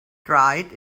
dried